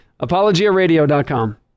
ApologiaRadio.com